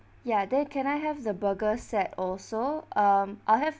ya then can I have the burger set also um I'll have